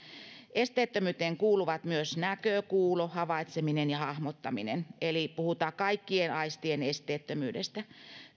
esteettömyyteen kuuluvat myös näkö kuulo havaitseminen ja hahmottaminen eli puhutaan kaikkien aistien esteettömyydestä